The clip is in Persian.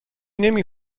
نمی